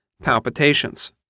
Palpitations